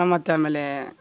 ಮತ್ತು ಆಮೇಲೆ